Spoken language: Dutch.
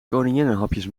koninginnenhapjes